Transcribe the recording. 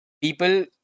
people